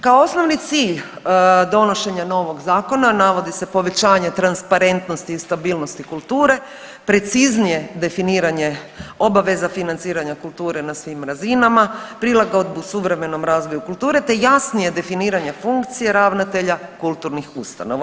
Kao osnovni cilj donošenja novog zakona navodi se povećanje transparentnosti i stabilnosti kulture, preciznije definiranje obaveza financiranja kulture na svim razinama, prilagodbu suvremenom razvoju kulture te jasnije definiranje funkcija ravnatelja kulturnih ustanova.